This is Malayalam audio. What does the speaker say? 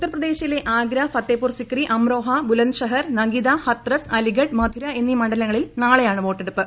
ഉത്തർപ്രദേശിലെ ആഗ്ര ഫത്തേപൂർ സിക്രി അമ്രോഹ ബുലന്ദ്ശഹർ നഗിത ഹത്രസ് അലിഗഡ് മഥുര എന്നീ മണ്ഡലങ്ങളിൽ നാളെയാണ് വോട്ടെടുപ്പ്